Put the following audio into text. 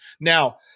Now